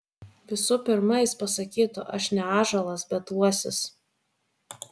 visų pirma jis pasakytų aš ne ąžuolas bet uosis